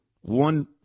One